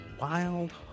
Wild